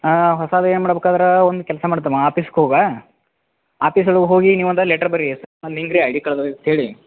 ಹೊಸದು ಏನು ಮಾಡ್ಬೇಕಾದ್ರ ಒಂದು ಕೆಲಸ ಮಾಡು ತಮ್ಮ ಆಪೀಸ್ಗೆ ಹೋಗು ಆಪೀಸೊಳಗೆ ಹೋಗಿ ನೀನು ಒಂದು ಲೆಟ್ರ್ ಬರೆ ಹಿಂಗೆ ಐ ಡಿ ಕಳ್ದು ಹೋಗಿತ್ ಹೇಳಿ